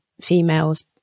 females